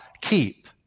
keep